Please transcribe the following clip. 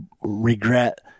regret